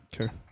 Okay